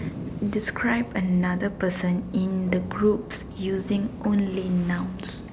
describe another person in the group using only nouns